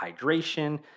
hydration